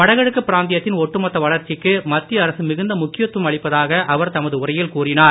வடகிழக்கு பிராந்தியத்தின் ஒட்டுமொத்த வளர்ச்சிக்கு மத்திய அரசு மிகந்த முக்கியத்துவம் அளிப்பதாக அவர் தமது உரையில் கூறினார்